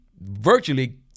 virtually